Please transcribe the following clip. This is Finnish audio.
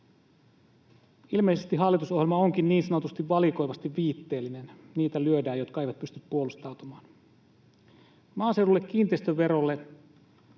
Ilmeisesti hallitusohjelma onkin niin sanotusti valikoivasti viitteellinen: niitä lyödään, jotka eivät pysty puolustautumaan. Maaseudulla kiinteistöverolle